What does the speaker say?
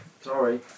Sorry